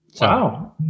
Wow